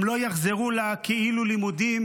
הם לא יחזרו לכאילו-לימודים,